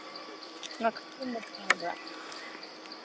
ꯒꯨꯝꯕꯗꯤ ꯌꯥꯎꯕ꯭ꯔꯥ